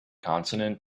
consonant